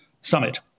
summit